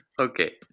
Okay